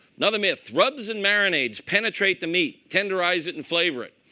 another myth rubs and marinades penetrate the meat, tenderize it, and flavor it.